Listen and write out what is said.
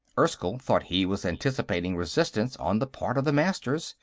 erskyll thought he was anticipating resistance on the part of the masters,